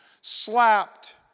slapped